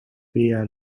via